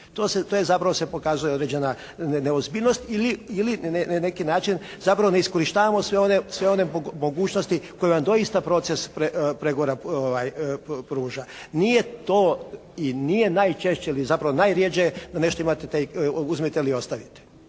To je zapravo se pokazuje jedna određena neozbiljnost ili na neki način zapravo neiskorištavamo sve one mogućnosti koje vam doista proces pregovora pruža. Nije to i nije najčešće ili zapravo najrjeđe da nešto imate te uzmite ili ostavite.